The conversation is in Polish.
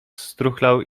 struchlał